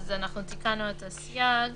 תיקנו את הסייג.